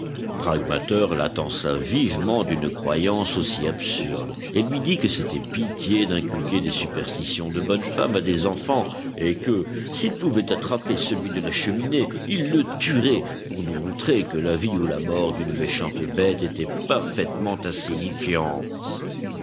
pragmater la tança vivement d'une croyance aussi absurde et lui dit que c'était pitié d'inculquer des superstitions de bonne femme à des enfants et que s'il pouvait attraper celui de la cheminée il le tuerait pour nous montrer que la vie ou la mort d'une méchante bête était parfaitement insignifiante